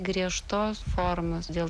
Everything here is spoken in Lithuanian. griežtos formos dėl